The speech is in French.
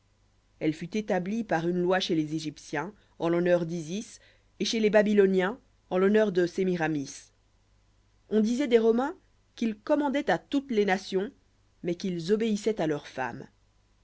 elle fut établie par une loi chez les égyptiens en l'honneur d'isis et chez les babyloniens en l'honneur de sémiramis on disoit des romains qu'ils commandoient à toutes les nations mais qu'ils obéissoient à leurs femmes